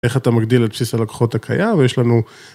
איך אתה מגדיל את בסיס הלקוחות הקיים ויש לנו...